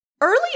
early